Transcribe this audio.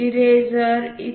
eraser इ